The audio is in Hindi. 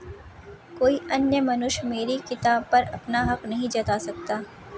कोई अन्य मनुष्य मेरी किताब पर अपना हक नहीं जता सकता